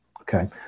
Okay